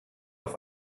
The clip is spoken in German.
auf